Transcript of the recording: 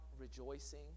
rejoicing